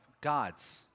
God's